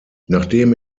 nachdem